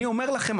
אני אומר לכם,